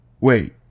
wait